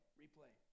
replay